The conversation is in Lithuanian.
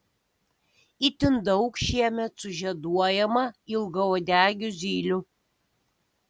itin daug šiemet sužieduojama ilgauodegių zylių